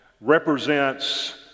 represents